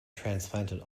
transplanted